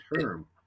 term